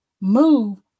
Move